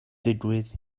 digwydd